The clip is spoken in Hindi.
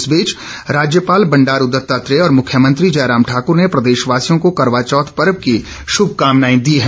इस बीच राज्यपाल बंडारू दत्तात्रेय और मुख्यमंत्री जयराम ठाकुर ने प्रदेशवासियों को करवाचौथ पर्व की शुभकामनाएं दी है